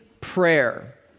prayer